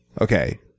Okay